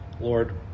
Lord